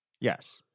Yes